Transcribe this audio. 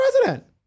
president